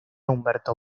humberto